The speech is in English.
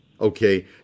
okay